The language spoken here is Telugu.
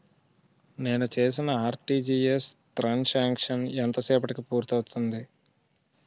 నేను చేసిన ఆర్.టి.జి.ఎస్ త్రణ్ సాంక్షన్ ఎంత సేపటికి పూర్తి అవుతుంది?